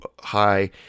high